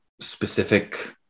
specific